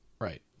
Right